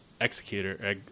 Executor